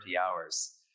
hours